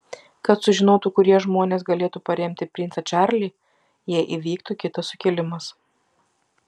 kad sužinotų kurie žmonės galėtų paremti princą čarlį jei įvyktų kitas sukilimas